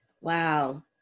Wow